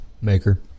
Maker